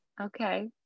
Okay